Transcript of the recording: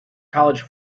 college